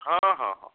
ହଁ ହଁ ହଁ